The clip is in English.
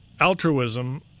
Altruism